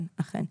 כן, אכן.